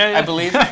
i believe.